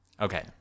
Okay